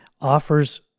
offers